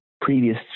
previous